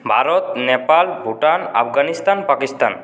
Bharat Nepal Bhutan Afghanistan Pakistan